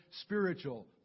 spiritual